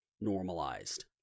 normalized